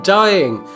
dying